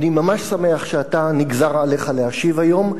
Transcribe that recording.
אני ממש שמח שנגזר עליך להשיב היום,